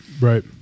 right